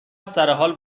سرحال